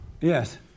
Yes